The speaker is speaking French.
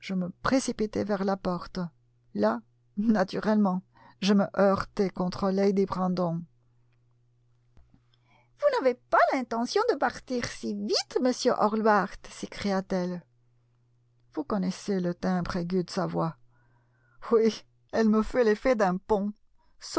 précipitai vers la porte là naturellement je me heurtai contre lady brandon vous n'avez pas l'intention de partir si vite monsieur hallward s'écria-t-elle vous connaissez le timbre aigu de sa voix oui elle me fait l'effet d'un paon